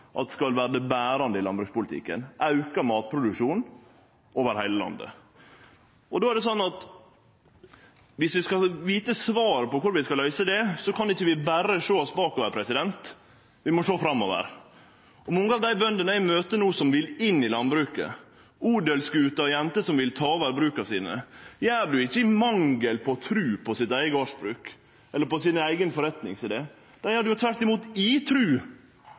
skal vere det berande i landbrukspolitikken: auka matproduksjon over heile landet. Då er det sånn at dersom vi skal vite svaret på korleis vi skal løyse det, kan vi ikkje berre sjå bakover, vi må sjå framover. Mange av dei bøndene som eg møter no, og som vil inn i landbruket, odelsgutar og -jenter som vil ta over bruk, gjer det ikkje i mangel på tru på sitt eige gardsbruk eller på sin eigen forretningsidé. Dei gjer det tvert om i tru på at det